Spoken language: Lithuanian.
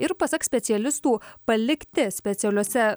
ir pasak specialistų palikti specialiose